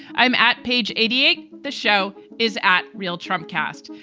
i'm at page eighty eight. the show is at real trump cast.